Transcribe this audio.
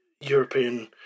European